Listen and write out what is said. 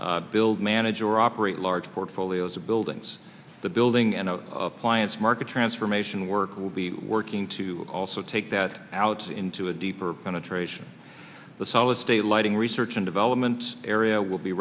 build manage or operate large portfolios of buildings the building and appliance market transformation work will be working to also take that out into a deeper penetration the solid state lighting research and development area will be